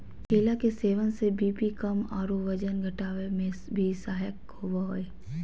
केला के सेवन से बी.पी कम आरो वजन घटावे में भी सहायक होबा हइ